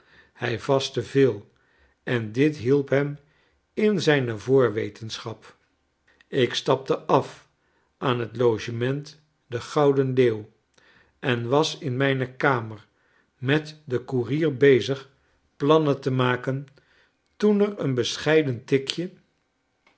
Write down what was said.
hij vastte veel en dit hielp hem in zijne voorwetenschap ik stapte af aan het logement de gouden leeuw en was in mijne kamer met den koerier bezig plannen te maken toen er een bescheiden tikje